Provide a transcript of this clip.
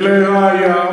ולראיה,